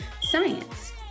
science